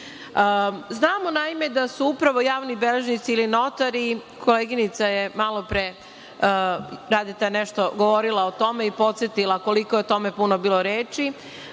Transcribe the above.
naime, da su upravo javni beležnici ili notari, koleginica Radeta je malopre nešto govorila o tome i podsetila koliko je o tome puno bilo reči,